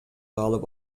алып